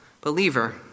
believer